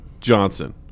Johnson